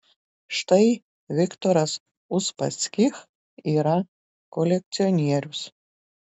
štai viktoras uspaskich yra kolekcionierius